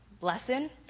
lesson